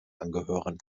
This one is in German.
angehören